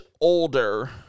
older